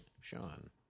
Sean